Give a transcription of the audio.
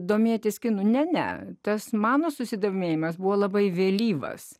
domėtis kinu ne ne tas mano susidomėjimas buvo labai vėlyvas